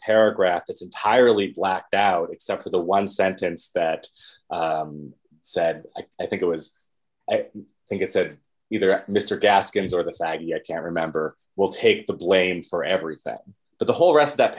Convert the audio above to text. paragraph that's entirely lacked out except for the one sentence that said i think it was i think it said either at mr gaskins or the sag i can't remember will take the blame for everything but the whole rest that